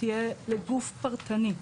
תהיה לגוף פרטני,